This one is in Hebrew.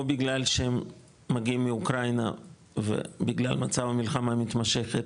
או כיוון שהם מגיעים מאוקראינה בגלל מצב מלחמה מתמשכת,